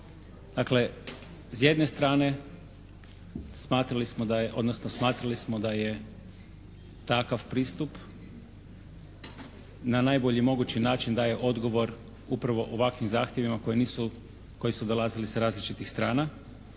smatrali smo da je, odnosno smatrali smo da je takav pristup na najbolji mogući daje odgovor upravo ovakvim zahtjevima koji nisu, koji su dolazili sa različitih strana